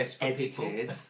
Edited